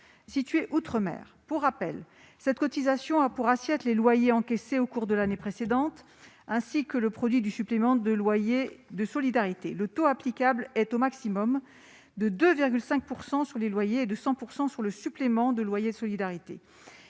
situés outre-mer. Cette cotisation est assise sur les loyers encaissés au cours de l'année précédente, ainsi que le produit du supplément de loyer de solidarité. Le taux maximal applicable est de 2,5 % sur les loyers et de 100 % sur le supplément de loyer de solidarité.